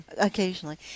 occasionally